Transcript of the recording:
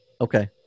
Okay